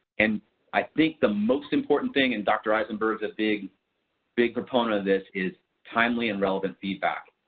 and i think the most important thing and dr. eisenberg is a big big proponent of this is timely and relevant feedback.